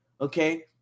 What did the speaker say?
okay